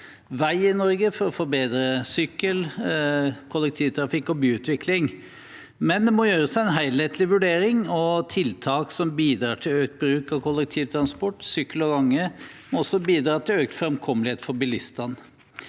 vei i Norge, for å få bedre sykkelveier, kollektivtrafikk og byutvikling, men det må gjøres en helhetlig vurdering, og tiltak som bidrar til økt bruk av kollektivtransport, sykkel og gange, må også bidra til økt framkommelighet for bilistene.